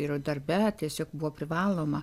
ir darbe tiesiog buvo privaloma